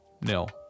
nil